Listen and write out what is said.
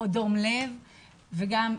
או דום לב והתאבדויות.